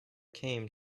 came